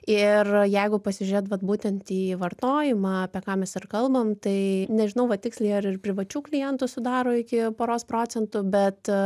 ir jeigu pasižiūrėt vat būtent į vartojimą apie ką mes ir kalbam tai nežinau va tiksliai ar ir privačių klientų sudaro iki poros procentų bet